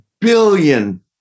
billion